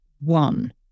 one